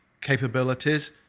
capabilities